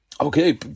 Okay